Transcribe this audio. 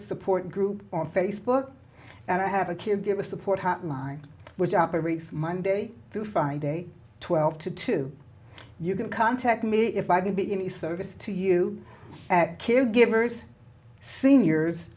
support group on facebook and i have a kid give a support hotline which operates monday through friday twelve to two you can contact me if i could be in the service to you at kid givers seniors